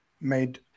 made